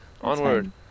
Onward